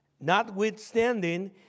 Notwithstanding